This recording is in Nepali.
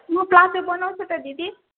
म प्लाजो बनाउछु त दिदी